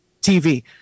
TV